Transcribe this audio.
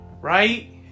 Right